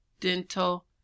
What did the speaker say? dental